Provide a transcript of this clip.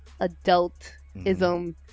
adultism